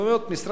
משרד הפנים